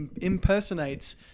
impersonates